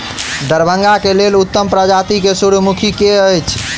दरभंगा केँ लेल उत्तम प्रजाति केँ सूर्यमुखी केँ अछि?